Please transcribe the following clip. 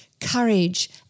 courage